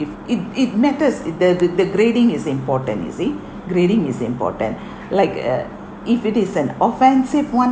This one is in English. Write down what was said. if it it matters if the the the grading is important you see grading is important like uh if it is an offensive one